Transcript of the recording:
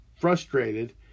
frustrated